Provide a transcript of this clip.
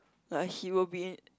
like he will be